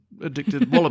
Addicted